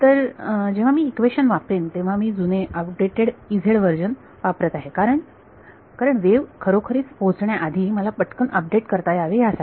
तर जेव्हा मी इक्वेशन वापरेन तेव्हा मी जुने आऊटडेटेड व्हर्जन वापरत आहे कारण वेव्ह खरोखरीच पोहोचण्याआधी मला पटकन अपडेट करता यावे यासाठी